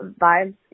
vibes